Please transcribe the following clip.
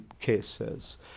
cases